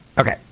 Okay